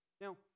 Now